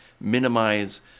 minimize